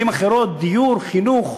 במילים אחרות: דיור, חינוך,